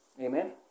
Amen